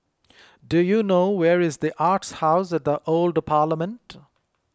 do you know where is the Arts House at the Old Parliament